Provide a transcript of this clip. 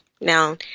Now